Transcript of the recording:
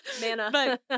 Manna